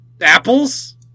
Apples